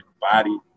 body